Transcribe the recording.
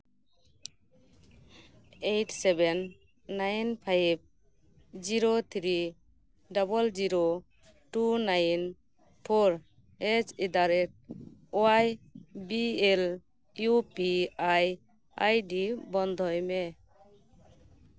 eight seven nine five zero three double zero two nine four at the rate Y B L U P I ID ᱵᱚᱱᱫᱚᱭ ᱢᱮ